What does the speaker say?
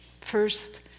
First